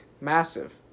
Massive